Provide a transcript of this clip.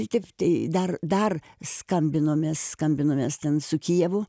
tai taip tai dar dar skambinomes skambinomes ten su kijevu